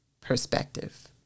perspective